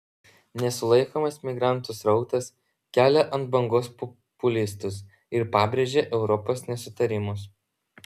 nesulaikomas migrantų srautas kelia ant bangos populistus ir pabrėžia europos nesutarimus